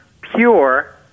pure